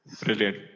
Brilliant